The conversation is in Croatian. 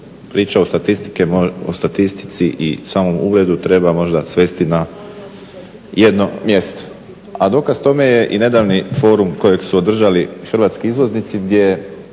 priča o statistici i samom ugledu treba možda svesti na jedno mjesto. A dokaz tome je i nedavni forum kojeg su održali hrvatski izvoznici gdje